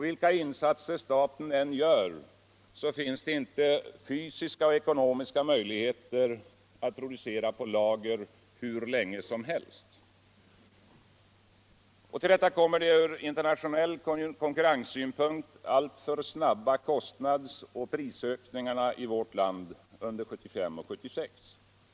Vilka 'insatser staten än gör finns det inte fysiska och ekonomiska möjligheter att producera på lager hur länge som helst. Till detta kommer de från internationell konkurrenssynpunkt alltför snabba kostnadsoch prisökningarna i vårt land under 1975 och 1976.